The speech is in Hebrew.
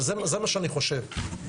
זה מה שאני חושב,